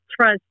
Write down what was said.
trust